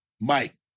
Mike